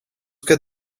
got